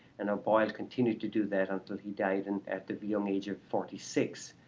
and boyle continued to do that until he died and at the the young age of forty six,